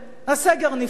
הסגר נפתח,